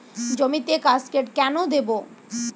জমিতে কাসকেড কেন দেবো?